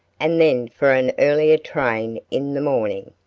and then for an earlier train in the morning.